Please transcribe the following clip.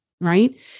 Right